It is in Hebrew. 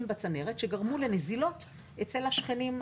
בצנרת שגרמו לנזילות אצל השכנים האחרים.